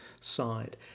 side